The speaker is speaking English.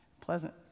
pleasant